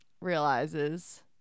realizes